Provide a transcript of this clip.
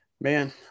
Man